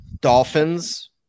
Dolphins